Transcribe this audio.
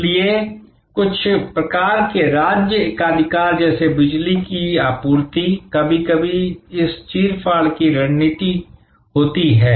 इसलिए कुछ प्रकार के राज्य एकाधिकार जैसे बिजली की आपूर्ति कभी कभी इस चीर फाड़ की रणनीति होती है